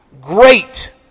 Great